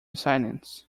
silence